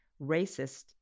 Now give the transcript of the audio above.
racist